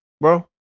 bro